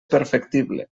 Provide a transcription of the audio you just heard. perfectible